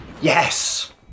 Yes